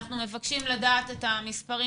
אנחנו מבקשים לדעת את המספרים,